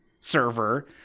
server